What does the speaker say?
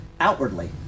outwardly